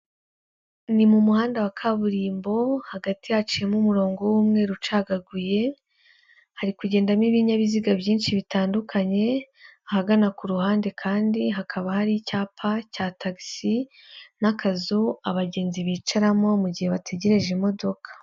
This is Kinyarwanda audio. Ni mu muhanda wa kaburimbo hagati haciyemo umurongo w'umweru ucagaguye, hari kugendamo ibinyabiziga byinshi bitandukanye, ahagana ku ruhande kandi hakaba hari icyapa cya tagisi n'akazu abagenzi bicaramo mu gihe bategereje imodoka.